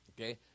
Okay